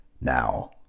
Now